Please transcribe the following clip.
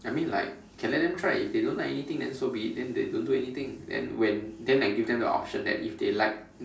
I mean like can let them try if they don't like anything then so be it then they don't do anything then when then I give them the option that if they like